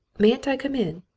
mayn't i come in?